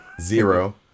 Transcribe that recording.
zero